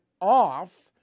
off